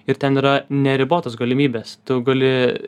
ir ten yra neribotos galimybės tu gali